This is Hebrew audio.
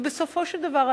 ובסופו של דבר,